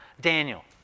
Daniel